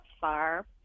far